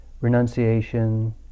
renunciation